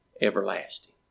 everlasting